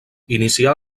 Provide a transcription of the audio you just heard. inicià